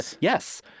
yes